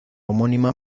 homónima